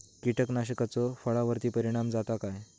कीटकनाशकाचो फळावर्ती परिणाम जाता काय?